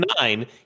nine